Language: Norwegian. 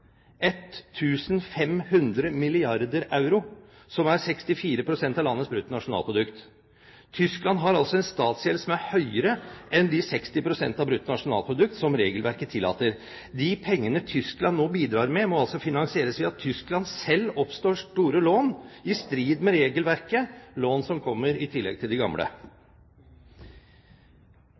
euro, som er 64 pst. av landets bruttonasjonalprodukt. Tyskland har altså en statsgjeld som er høyere enn de 60 pst. av bruttonasjonalprodukt som regelverket tillater. De pengene Tyskland nå bidrar med, må altså finansieres ved at Tyskland selv opptar store lån i strid med regelverket, lån som kommer i tillegg til de gamle.